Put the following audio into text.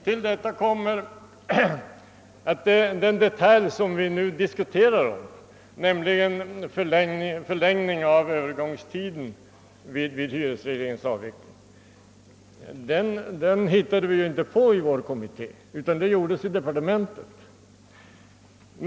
Till detta kommer att den detalj som vi nu diskuterar, nämligen förlängning av Öövergångstiden vid hyresregleringens avveckling, inte uppfanns i vår kommitté; det gjordes i departementet.